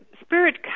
spirit